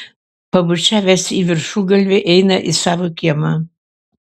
pabučiavęs į viršugalvį eina į savo kiemą